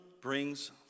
brings